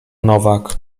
nowak